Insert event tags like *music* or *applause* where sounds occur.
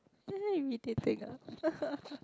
*noise* you